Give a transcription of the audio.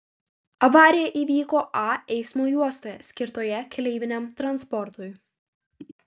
avarija įvyko a eismo juostoje skirtoje keleiviniam transportui